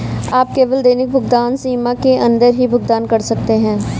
आप केवल दैनिक भुगतान सीमा के अंदर ही भुगतान कर सकते है